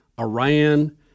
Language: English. Iran